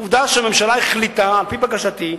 עובדה שהממשלה החליטה, על-פי בקשתי,